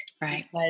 Right